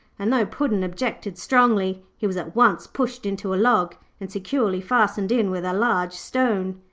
and though puddin' objected strongly, he was at once pushed into a log and securely fastened in with a large stone.